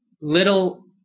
little